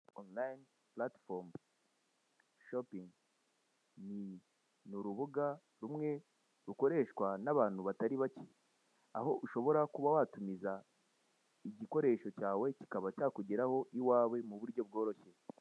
Ndimo kubona umusore uhagaze, uri ahantu ho kurira, wambaye ishati ndetse n'ipantaro, akaba ari kureba umuntu ategereje uri butunguke ahantu hari irido.